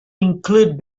include